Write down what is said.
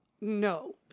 no